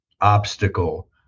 obstacle